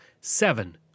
seven